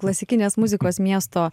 klasikinės muzikos miesto